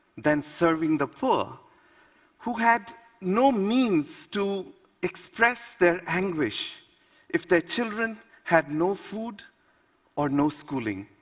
than serving the poor who had no means to express their anguish if their children had no food or no schooling.